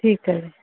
ਠੀਕ ਹੈ